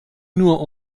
nur